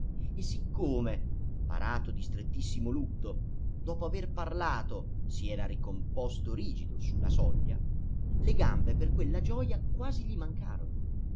e siccome parato di strettissimo lutto dopo aver parlato s'era ricomposto rigido su la soglia le gambe per quella gioja quasi gli mancarono